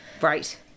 Right